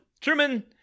Truman